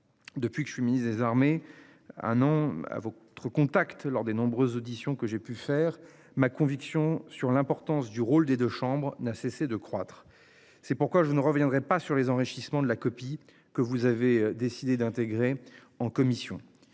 Depuis que je suis ministre des armées. Ah non à votre contact lors des nombreuses auditions que j'ai pu faire ma conviction sur l'importance du rôle des deux chambres n'a cessé de croître. C'est pourquoi je ne reviendrai pas sur les enrichissements, de la copie que vous avez décidé d'intégrer en commission.